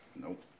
Nope